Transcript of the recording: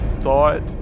thought